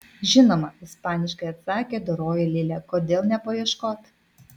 žinoma ispaniškai atsakė doroji lilė kodėl nepaieškot